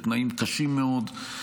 בתנאים קשים מאוד,